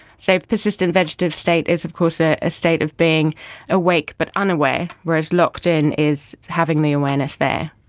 so a persistent vegetative state is of course a ah state of being awake but unaware, whereas locked-in is having the awareness there,